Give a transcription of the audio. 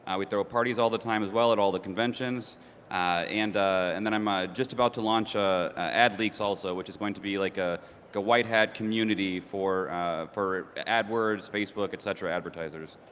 we throw parties all the time as well, at all the conventions and and then i'm ah just about to launch ah adleaks also, which is going to be like ah a white hat community for for adwords, facebook, etc advertisers.